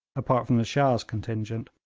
apart from the shah's contingent,